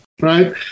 right